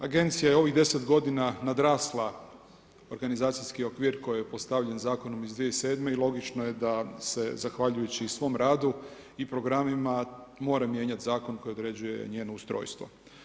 Agencija je ovih 10 godina nadrasla organizacijski okvir koji postavljen zakonom iz 2007. i logično je da se zahvaljujući svom radu i programima, mora mijenjati zakon koji određuje njeno ustrojstvo.